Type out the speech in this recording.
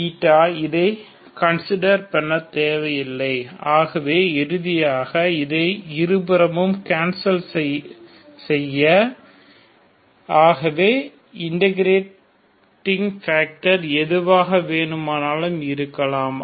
C இதை consider பண்ண தேவை இல்லை ஆகவே இறுதியாக இதை இரு புறமும் கேன்சல் செய்ய ஆகவே இன்டகிரேடிங் பேக்டர் எதுவாக வேண்டுமானாலும் இருக்கலாம்